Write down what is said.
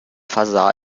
versah